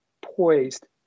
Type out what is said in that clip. poised